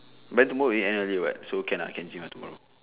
by tomorrow we end early [what] so can lah can gym tomorrow